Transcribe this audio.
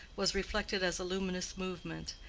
was reflected as a luminous movement,